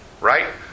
Right